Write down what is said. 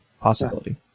possibility